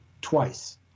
twice